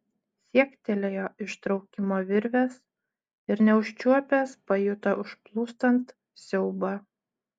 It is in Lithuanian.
siektelėjo ištraukimo virvės ir neužčiuopęs pajuto užplūstant siaubą